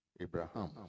Abraham